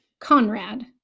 Conrad